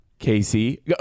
Casey